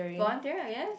volunteer I guess